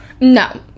No